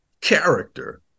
character